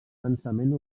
densament